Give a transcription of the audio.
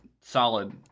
solid